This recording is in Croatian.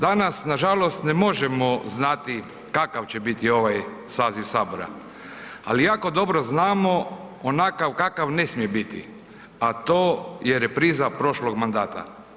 Danas nažalost ne možemo znati kakav će biti ovaj saziv Sabora ali jako dobro znamo onakav kakav ne smije biti a to je repriza prošlog mandata.